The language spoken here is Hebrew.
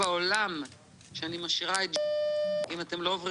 נראה לי שהוא בעלים של תאגיד אם אני לא טועה.